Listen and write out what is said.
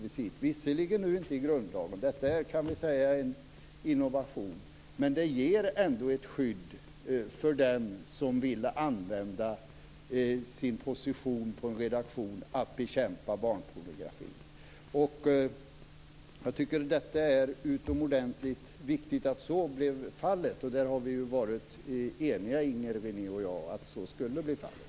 Det finns visserligen inte i grundlagen, och det kan vi säga är en innovation. Men det ger ändå ett skydd för den som vill använda sin position på en redaktion för att bekämpa barnpornografi. Jag tycker att det är utomordentligt viktigt att så blev fallet, och vi har varit eniga, Inger René och jag, om att så skulle bli fallet.